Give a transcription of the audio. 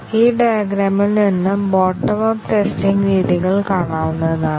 ഈ ഡയഗ്രാമിൽ നിന്ന് ബോട്ടം അപ്പ് ടെസ്റ്റിങ് രീതികൾ കാണാവുന്നതാണ്